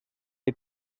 the